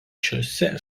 šiose